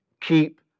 keep